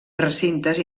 recintes